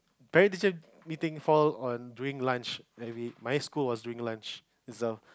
Parents teacher meeting fall on during lunch my school was during lunch so